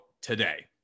today